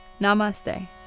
namaste